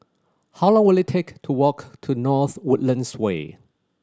how long will it take to walk to North Woodlands Way